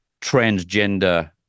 transgender